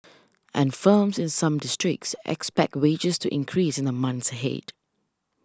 and firms in some districts expect wages to increase in the months ahead